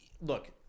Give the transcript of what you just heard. look